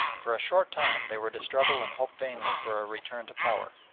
for a short time they were to struggle and hope vainly for a return to power,